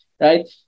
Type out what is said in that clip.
right